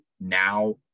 now